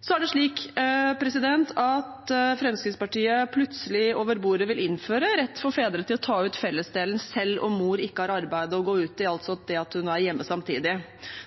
Så er det slik at Fremskrittspartiet plutselig, over bordet, vil innføre rett for fedre til å ta ut fellesdelen selv om mor ikke har arbeid å gå ut i, altså at hun er hjemme samtidig.